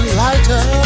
lighter